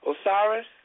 Osiris